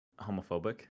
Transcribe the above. homophobic